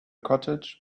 cottage